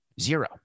Zero